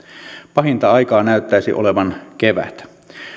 pahinta aikaa näyttäisi olevan kevät